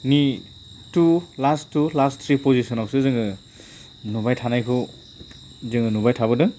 नि last to last three पजिस'नावसो जोङो नुबाय थानायखौ जोङो नुबाय थाबोदों